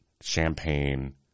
champagne